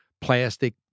plastic